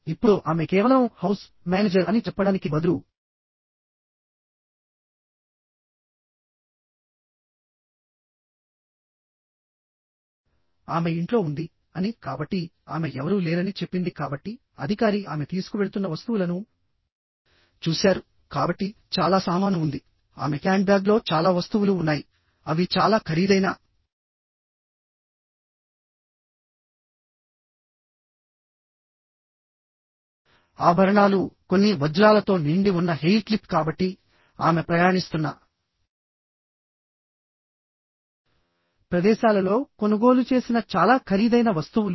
ఇప్పుడు ఆమె కేవలం హౌస్ మేనేజర్ అని చెప్పడానికి బదులు ఆమె ఇంట్లో ఉంది అని కాబట్టి ఆమె ఎవరూ లేరని చెప్పింది కాబట్టి అధికారి ఆమె తీసుకువెళుతున్న వస్తువులను చూశారుకాబట్టి చాలా సామాను ఉందిఆమె హ్యాండ్బ్యాగ్లో చాలా వస్తువులు ఉన్నాయిఅవి చాలా ఖరీదైన ఆభరణాలుకొన్ని వజ్రాలతో నిండి ఉన్న హెయిర్ క్లిప్ కాబట్టిఆమె ప్రయాణిస్తున్న ప్రదేశాలలో కొనుగోలు చేసిన చాలా ఖరీదైన వస్తువులు